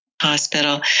hospital